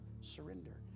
surrender